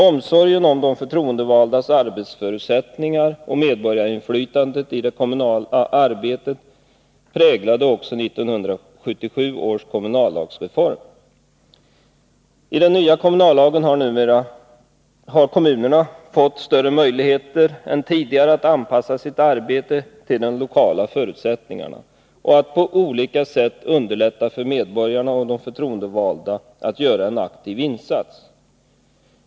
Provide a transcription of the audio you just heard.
Omsorgen om de förtroendevaldas arbetsförutsättningar och medborgarinflytande i det kommunala arbetet präglade också 1977 års kommunallagsreform. I den nya kommunallagen har kommunerna fått större möjligheter än tidigare att anpassa sitt arbete till de lokala förutsättningarna och att på olika sätt underlätta för medborgarna och de förtroendevalda att göra en aktiv insats.